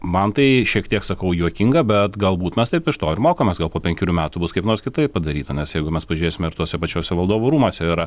man tai šiek tiek sakau juokinga bet galbūt mes taip iš to ir mokomės gal po penkerių metų bus kaip nors kitaip padaryta nes jeigu mes pažiūrėsime ir tuose pačiuose valdovų rūmuose yra